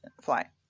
fly